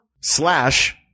slash